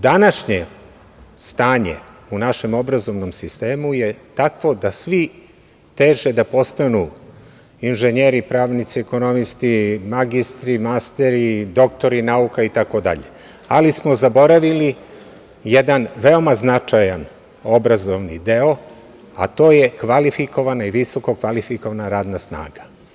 Današnje stanje u našem obrazovnom sistemu je takvo da svi teže da postanu inženjeri, pravnici, ekonomisti, magistri, masteri, doktori nauka itd, ali smo zaboravili jedan veoma značajan obrazovni deo, a to je kvalifikovana i visokokvalifikovana radna snaga.